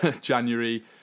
January